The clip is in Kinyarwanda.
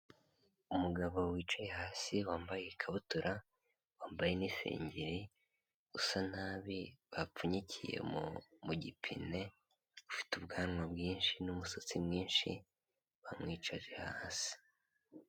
Umugabo wicaye hasi wambaye ikabutura, wambaye n'isengeri, usa nabi bapfunyikiye mu gipine, ufite ubwanwa bwinshi n'umusatsi mwinshi, bamwicaje hasi.